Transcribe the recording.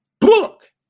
book